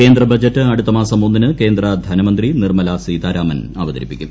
കേന്ദ്രബജറ്റ് അടുത്തമാസം ഒന്നിന് കേന്ദ്ര ധനമന്ത്രി നിർമ്മല സീതാരാമൻ അവതരിപ്പിക്കും